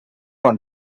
want